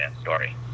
story